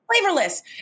Flavorless